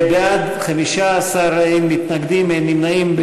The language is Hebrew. אם כן, בעד, 15. אין מתנגדים, אין נמנעים.